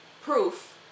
proof